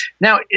Now